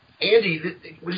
Andy